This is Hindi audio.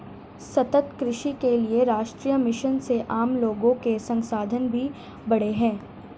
सतत कृषि के लिए राष्ट्रीय मिशन से आम लोगो के संसाधन भी बढ़े है